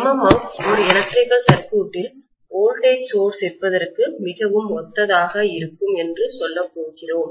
MMF ஒரு electrical circuit இல் voltage source இருப்பதற்கு மிகவும் ஒத்ததாக இருக்கும் என்று சொல்லப்போகிறோம்